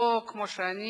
או כמו שאני